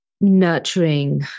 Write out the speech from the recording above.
nurturing